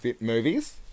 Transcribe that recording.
movies